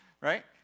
Right